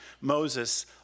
Moses